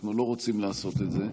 ואנחנו לא רוצים לעשות את זה,